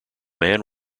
man